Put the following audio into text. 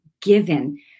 given